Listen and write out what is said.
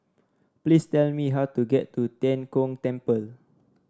please tell me how to get to Tian Kong Temple